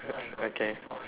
okay